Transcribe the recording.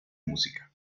música